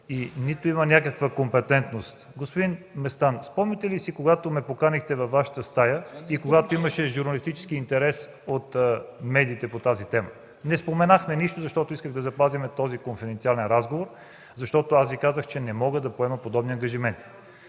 и нито имам някаква компетентност... Господин Местан, спомняте ли си, когато ме поканихте във Вашата стая – имаше журналистически интерес по тази тема? Не споменахме нищо, защото исках да запазим този конфиденциален разговор. Аз Ви казах, че не мога да поема подобни ангажименти.